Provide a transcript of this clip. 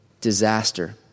disaster